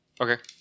okay